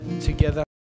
together